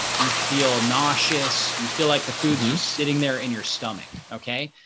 you feel nauseous, you feel like the foods sitting there in your stomach, okay?